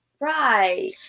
Right